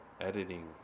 editing